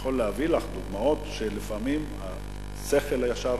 יכול להביא לך דוגמאות שלפעמים השכל הישר